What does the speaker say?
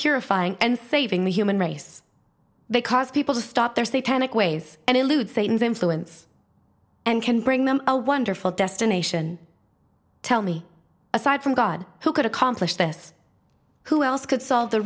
purifying and favoring the human race because people stop their say tannic ways and include satan's influence and can bring them a wonderful destination tell me aside from god who could accomplish this who else could solve the